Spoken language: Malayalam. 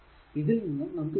ഇതിൽ നിന്നും നമുക്ക് കിട്ടുക